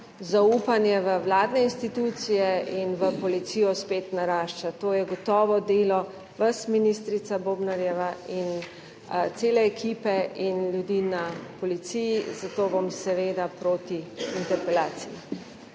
zaupanje v vladne institucije in v policijo spet narašča. To je gotovo delo vas, ministrica Bobnarjeva, in cele ekipe in ljudi na policiji, zato bom seveda proti interpelaciji.